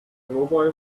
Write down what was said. mobile